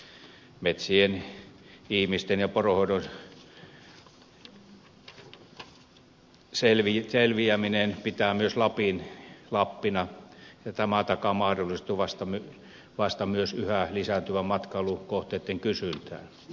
metsien ihmisten ja poronhoidon selviäminen pitää myös lapin lappina ja tämä takaa mahdollisesti myös yhä lisääntyvää matkailukohteitten kysyntää